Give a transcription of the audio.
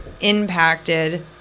impacted